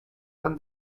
and